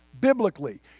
biblically